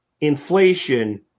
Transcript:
inflation